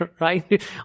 right